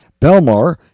Belmar